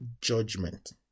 judgment